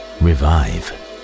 revive